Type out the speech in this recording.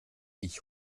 ich